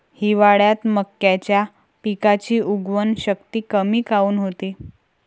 हिवाळ्यात मक्याच्या पिकाची उगवन शक्ती कमी काऊन होते?